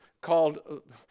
called